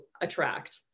attract